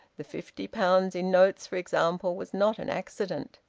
the fifty pounds in notes, for example, was not an accident.